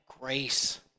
grace